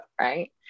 right